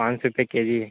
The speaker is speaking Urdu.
پانچ سو روپے کے جی